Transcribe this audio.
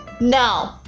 No